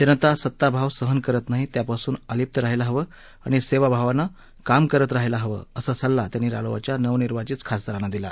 जनता सत्ताभाव सहन करत नाही त्यापासून अलिप्त रहायला हवं आणि सेवाभावानं काम करत रहायला हवं असा सल्ला त्यांनी रालोआच्या नवनिर्वाचित खासदारांना दिला